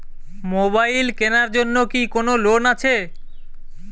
Mobile কেনার জন্য কি কোন লোন আছে?